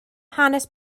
hanes